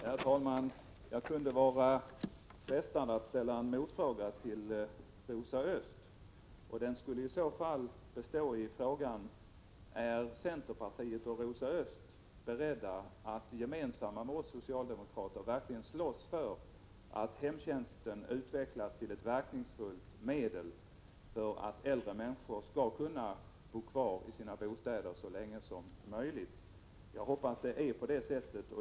Herr talman! Jag är frestad att ställa en motfråga till Rosa Östh: Är centerpartiet och Rosa Östh beredda att gemensamt med oss socialdemokrater verkligen slåss för att hemtjänsten utvecklas till ett verkningsfullt medel för att äldre människor skall kunna bo kvar i sina bostäder så länge som möjligt? Jag hoppas det är på det sättet.